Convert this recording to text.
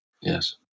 Yes